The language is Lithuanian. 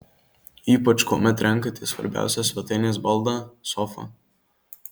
ypač kuomet renkatės svarbiausią svetainės baldą sofą